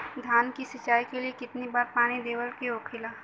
धान की सिंचाई के लिए कितना बार पानी देवल के होखेला?